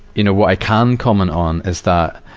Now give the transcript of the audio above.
you know, what i can comment on is that,